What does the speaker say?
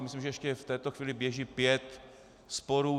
Myslím, že ještě v této chvíli běží pět sporů.